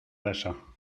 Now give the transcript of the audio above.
d’achat